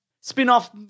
spin-off